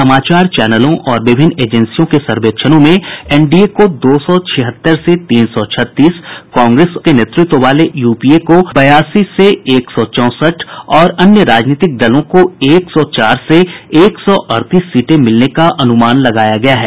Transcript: समाचार चैनलों और विभिन्न एजेंसियों के सर्वेक्षणों में एनडीए को दो सौ छिहत्तर से तीन सौ छत्तीस कांग्रेस के नेतृत्व वाले यूपीए को बयासी से एक सौ चौंसठ और अन्य राजनीतिक दलों को एक सौ चार से एक सौ अड़तीस सीटें मिलने का अनुमान लगाया गया है